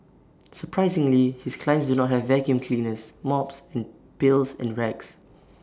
surprisingly his clients do not have vacuum cleaners mops and pails and rags